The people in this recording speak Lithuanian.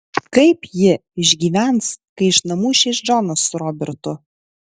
kaip ji išgyvens kai iš namų išeis džonas su robertu